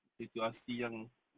situasi yang